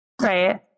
right